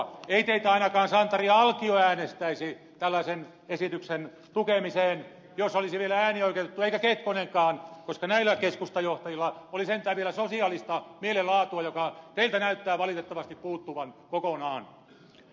ei teitä ainakaan santeri alkio äänestäisi tällaisen esityksen tukemiseen jos olisi vielä äänioikeutettu eikä kekkonenkaan koska näillä keskustajohtajilla oli sentään vielä sosiaalista mielenlaatua joka teiltä näyttää valitettavasti puuttuvan kokonaan